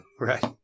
Right